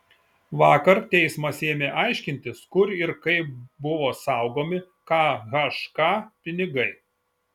vakar teismas ėmė aiškintis kur ir kaip buvo saugomi khk pinigai